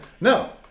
No